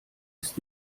ist